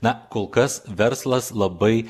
na kol kas verslas labai